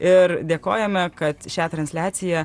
ir dėkojame kad šią transliaciją